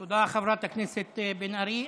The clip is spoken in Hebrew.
תודה, חברת הכנסת בן ארי.